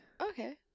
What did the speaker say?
Okay